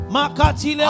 Makati